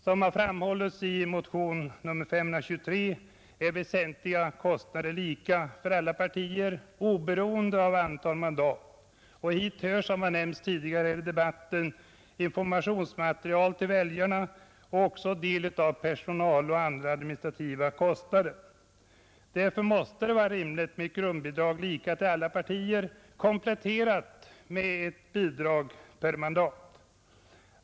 Som framhållits i motionen 523 är väsentliga kostnader lika för alla partier oberoende av antal mandat. Hit hör, som har nämnts tidigare i debatten, informationsmaterial till väljarna och även del av personaloch administrativa kostnader. Därför måste det vara rimligt med ett grundbidrag lika till alla partier kompletterat med bidrag per mandat.